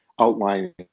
outlining